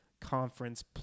Conference